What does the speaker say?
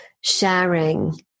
sharing